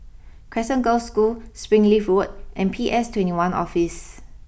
Crescent Girls' School Springleaf Road and P S twenty one Office